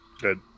Good